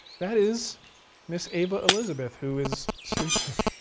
that is miss ava elizabeth, who is sleeping.